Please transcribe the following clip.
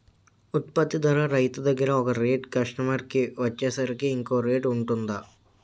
ఉత్పత్తి ధర రైతు దగ్గర ఒక రేట్ కస్టమర్ కి వచ్చేసరికి ఇంకో రేట్ వుంటుందా?